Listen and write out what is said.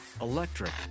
electric